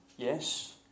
Yes